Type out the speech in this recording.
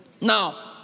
Now